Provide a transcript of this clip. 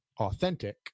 authentic